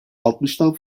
altmıştan